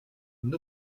une